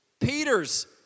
Peter's